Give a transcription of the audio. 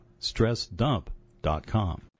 StressDump.com